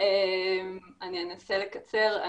אני אנסה לקצר.